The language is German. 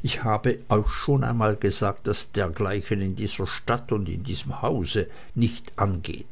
ich habe euch schon einmal gesagt daß dergleichen in dieser stadt und in diesem hause nicht angeht